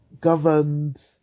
governed